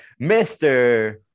Mr